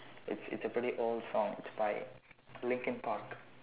it's it's a pretty old song it's by Linkin-Park